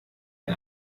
ein